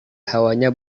hawanya